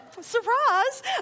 surprise